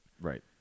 right